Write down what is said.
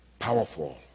Powerful